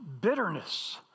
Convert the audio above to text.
bitterness